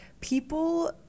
people